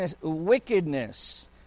wickedness